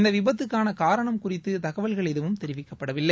இந்த விபத்துக்கான காரணம் குறித்து தகவல்கள் எதுவும் தெரிவிக்கப்படவில்லை